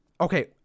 Okay